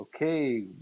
Okay